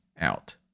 out